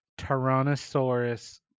Tyrannosaurus